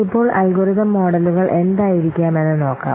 ഇപ്പോൾ അൽഗോരിതം മോഡലുകൾ എന്തായിരിക്കാമെന്ന് നോക്കാം